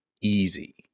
easy